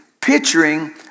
picturing